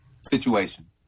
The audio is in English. situation